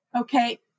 Okay